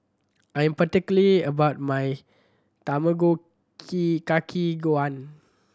I am particular about my Tamago Kake Gohan